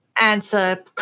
answer